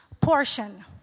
Portion